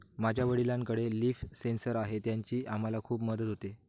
माझ्या वडिलांकडे लिफ सेन्सर आहे त्याची आम्हाला खूप मदत होते